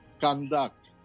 conduct